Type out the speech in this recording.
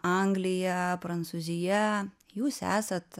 anglija prancūzija jūs esat